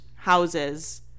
houses